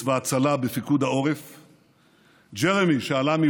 תמיד אני מספרת לאנשים מחוץ-לארץ שכאן,